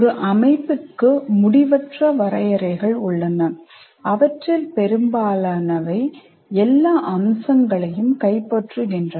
ஒரு அமைப்புக்கு முடிவற்ற வரையறைகள் உள்ளன அவற்றில் பெரும்பாலானவை எல்லா அம்சங்களையும் கைப்பற்றுகின்றன